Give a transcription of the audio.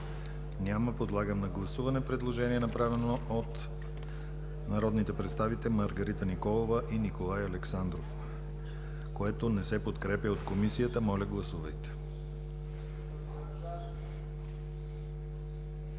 Няма. Подлагам на гласуване предложение, направено от народните представители Маргарита Николова и Николай Александров, което не се подкрепя от Комисията. Моля, гласувайте.